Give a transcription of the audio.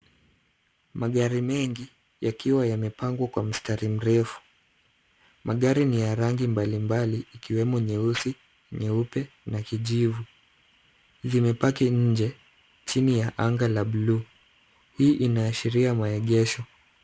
Magari mengi yakiwa yamepangwa kwa mstari mrefu. Magari ni ya rangi mbalimbali ikiwemo nyeusi, nyeupe na kijivu. Zimepaki nje chini ya anga la buluu. Hii inaashiria maegesho.